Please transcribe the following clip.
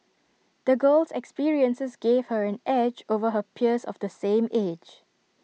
the girl's experiences gave her an edge over her peers of the same age